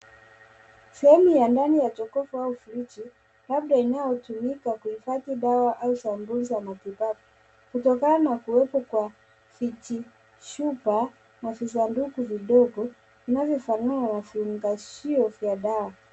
Sehemu ya ndani ya jokofu au friji labda kwa inayotumika kuhifadhi dawa au sampuli za matibabu kutokana na kuwepo kwa kijishuka na visanduku vidogo vinavyofanana na vifungashio vya dawa.